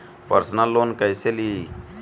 Personal loan कैसे ली?